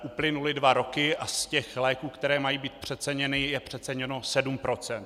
Uplynuly dva roky a z těch léků, které mají být přeceněny, je přeceněno 7 %.